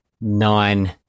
nine